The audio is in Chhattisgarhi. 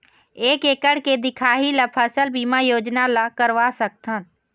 एक एकड़ के दिखाही ला फसल बीमा योजना ला करवा सकथन?